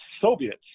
Soviets